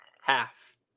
half